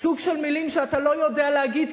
סוג של מלים שאתה לא יודע להגיד,